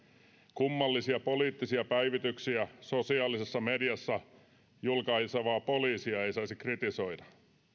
kummallisia poliittisia päivityksiä sosiaalisessa mediassa julkaisevaa poliisia ei saisi kritisoida